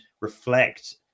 reflect